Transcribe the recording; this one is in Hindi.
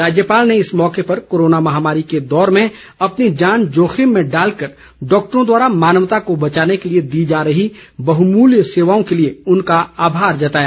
राज्यपाल ने इस मौके पर कोरोना महामारी के दौर में अपनी जान को जोखिम में डालकर डॉक्टरों द्वारा मानवता को बचाने के लिए दी जा रही बहमल्य सेवाओं को लिए उनका आभार जताया